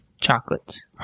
chocolates